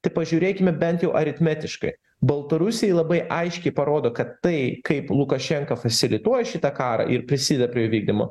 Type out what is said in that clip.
tai pažiūrėkime bent jau aritmetiškai baltarusiai labai aiškiai parodo kad tai kaip lukašenka fasilituoja šitą karą ir prisideda prie jo vykdymo